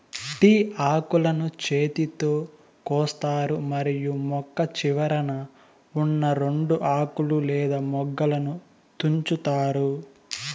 tea ఆకులను చేతితో కోస్తారు మరియు మొక్క చివరన ఉన్నా రెండు ఆకులు లేదా మొగ్గలను తుంచుతారు